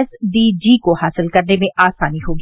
SDG को हासिल करने में आसानी होगी